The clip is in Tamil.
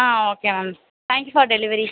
ah okay ma'am thank you for delivery